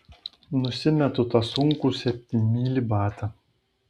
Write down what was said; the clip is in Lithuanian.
nusimetu tą sunkų septynmylį batą